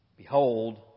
Behold